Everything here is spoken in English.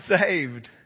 saved